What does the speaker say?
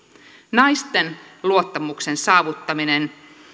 naisten luottamuksen saavuttaminen